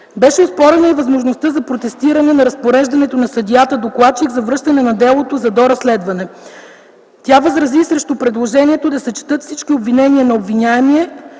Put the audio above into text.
Беше оспорена и възможността за протестиране на разпореждането на съдията докладчик за връщане на делото за доразследване. Тя възрази и срещу предложението да се четат всички обяснения на обвиняемия